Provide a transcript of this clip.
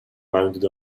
mounted